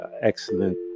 excellent